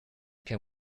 can